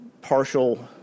partial